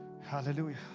Hallelujah